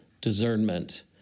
discernment